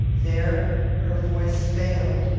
there her voice failed.